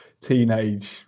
teenage